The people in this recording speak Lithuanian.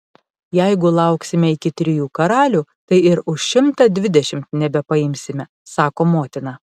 jeigu lauksime iki trijų karalių tai ir už šimtą dvidešimt nebepaimsime sako motina